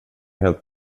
helt